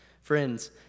Friends